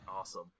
Awesome